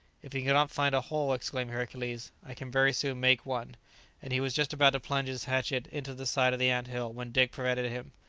if you cannot find a hole, exclaimed hercules, i can very soon make one and he was just about to plunge his hatchet into the side of the ant-hill, when dick prevented him.